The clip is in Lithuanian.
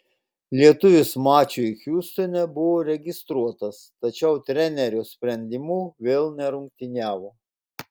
lietuvis mačui hjustone buvo registruotas tačiau trenerio sprendimu vėl nerungtyniavo